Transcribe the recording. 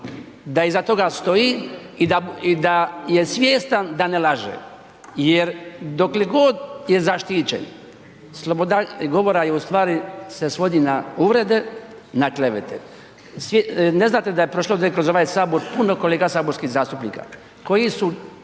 da iza toga stoji i da i da je svjestan da ne laže jer dokle god je zaštićen sloboda govora je u stvari se svodi na uvrede, na klevete, ne znate da je prošlo ovdje kroz ovaj HS puno kolega saborskih zastupnika koji su